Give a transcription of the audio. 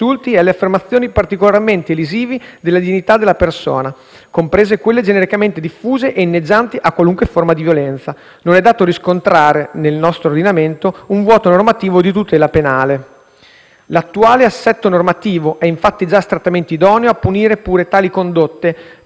comprese quelle «genericamente diffuse e inneggianti a qualunque forma di violenza», non è dato riscontrare nel nostro ordinamento un vuoto normativo di tutela penale. L'attuale assetto normativo è, infatti, già astrattamente idoneo a punire pure tali condotte, purché risulti individuabile la persona la cui reputazione possa reputarsi lesa.